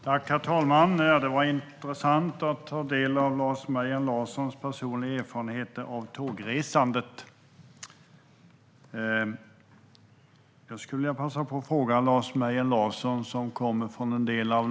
Herr talman! Det var intressant att ta del av Lars Mejern Larssons personliga erfarenheter av tågresandet. Jag skulle vilja passa på att ställa en fråga till Lars Mejern Larsson.